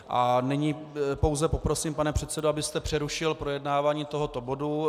A nyní pouze poprosím, pane předsedo, abyste přerušil projednávání tohoto bodu.